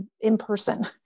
in-person